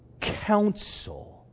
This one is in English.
council